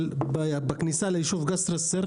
אבל בכניסה ליישוב קסר א-סיר